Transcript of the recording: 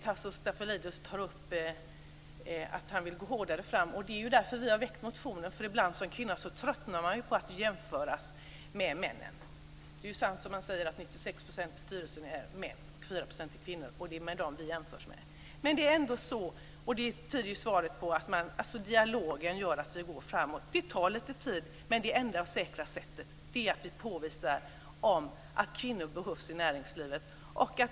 Tasso Stafilidis säger att han vill gå hårdare fram. Det är därför som vi har väckt motioner. Som kvinna tröttnar man ibland på jämföras med männen. Det är sant som han säger att 96 % i styrelserna är män och 4 % kvinnor, och det är dem vi jämförs med. Men svaret tyder på att dialogen gör att vi går framåt. Det tar lite tid, men det enda säkra sättet är att påvisa att kvinnor behövs i näringslivet.